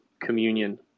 communion